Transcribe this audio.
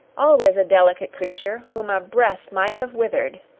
always a delicate creature, whom a breath might have withered,